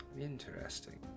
Interesting